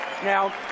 Now